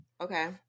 Okay